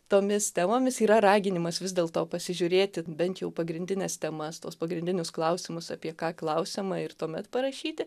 tomis temomis yra raginimas vis dėlto pasižiūrėti bent jau pagrindines temas tuos pagrindinius klausimus apie ką klausiama ir tuomet parašyti